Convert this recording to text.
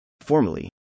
Formally